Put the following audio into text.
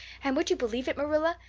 and would you believe it, marilla?